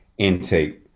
Intake